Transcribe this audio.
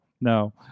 no